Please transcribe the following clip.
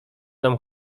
nam